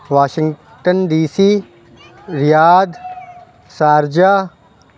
Washington D C Riyadh Sharjah